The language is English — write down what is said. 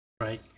right